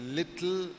little